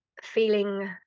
Feeling